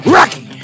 Rocky